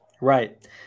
Right